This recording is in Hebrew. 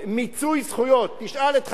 תשאל את חברת הכנסת ליה שמטוב,